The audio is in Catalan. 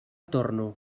torno